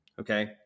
Okay